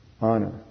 honor